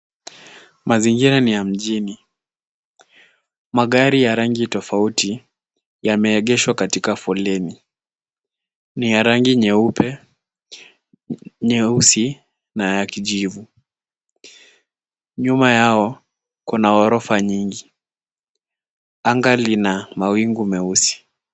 Mazingira ni ya mjini. Magari ya rangi tofauti yameegeshwa katika foleni. Ni ya rangi nyeupe, nyeusi na ya kijivu. Nyuma yao, kuna ghorofa nyingi. Anga lina mawingu meusi.